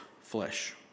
flesh